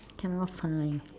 I cannot find